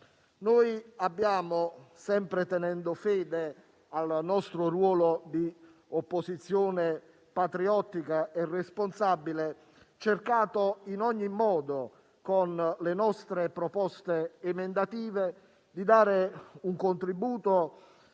quest'Aula. Sempre tenendo fede al nostro ruolo di opposizione patriottica e responsabile, noi abbiamo cercato in ogni modo, con le nostre proposte emendative, di dare un contributo